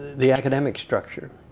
the academic structure,